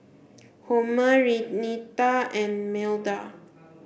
Homer Renita and Milda